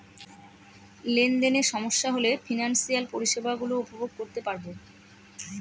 লেনদেনে সমস্যা হলে ফিনান্সিয়াল পরিষেবা গুলো উপভোগ করতে পারবো